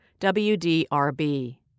WDRB